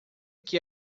que